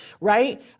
Right